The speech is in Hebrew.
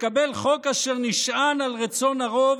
תקבל חוק אשר נשען על רצון הרוב,